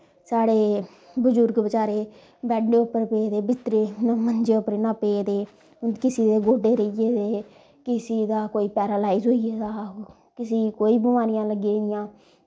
साढ़े बजुर्ग बचारे बैड्डे उप्पर पेदे बिस्तरे मंजे उप्पर इयां पेदे किसी दे गोड्डे रेही गेदे किसी दा कोई पैरा लाईज़ होई गेदा किसी गी कोई बमारियां लग्गी दियां